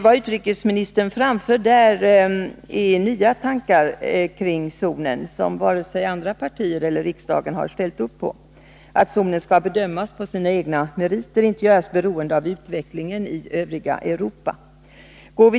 Vad utrikesministern framför där är helt nya tankegångar kring zonen, som varken andra partier eller riksdagen har ställt sig bakom, nämligen ”att zonen skall bedömas efter sina egna meriter och inte göras beroende av utvecklingen i det övriga Europa”.